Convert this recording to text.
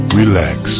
relax